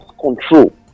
control